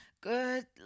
Good